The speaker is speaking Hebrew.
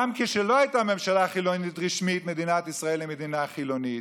גם כשלא הייתה ממשלה חילונית רשמית מדינת ישראל היא מדינה חילונית,